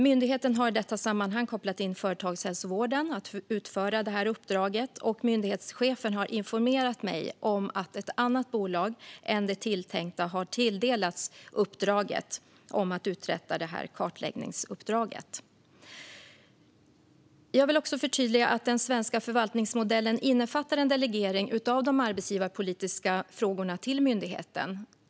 Myndigheten har i detta sammanhang kopplat in företagshälsovården att utföra uppdraget. Myndighetschefen har informerat mig om att ett annat bolag än det tilltänkta har tilldelats uppdraget att uträtta kartläggningsuppdraget. Jag vill också förtydliga att den svenska förvaltningsmodellen innefattar en delegering av de arbetsgivarpolitiska frågorna till myndigheten.